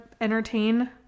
entertain